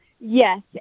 Yes